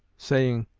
saying,